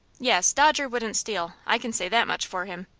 yes, dodger wouldn't steal i can say that much for him.